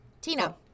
Tina